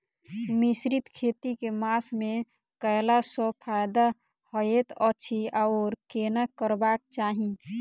मिश्रित खेती केँ मास मे कैला सँ फायदा हएत अछि आओर केना करबाक चाहि?